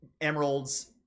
emeralds